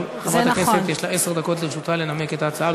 אבל חברת הכנסת, יש לה עשר דקות לנמק את ההצעה.